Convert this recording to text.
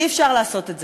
אי-אפשר לעשות את זה.